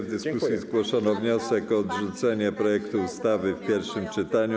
W dyskusji zgłoszono wniosek o odrzucenie projektu ustawy w pierwszym czytaniu.